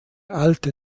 alte